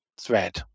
thread